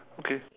okay